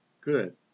good